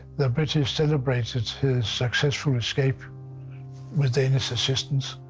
the british celebrated his successful escape with danish assistance.